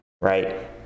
right